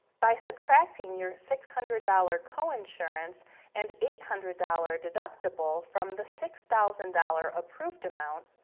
by subtracting your six hundred dollars coinsurance and eight hundred dollars deductible from the six thousand dollars approved amount,